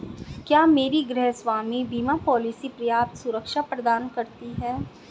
क्या मेरी गृहस्वामी बीमा पॉलिसी पर्याप्त सुरक्षा प्रदान करती है?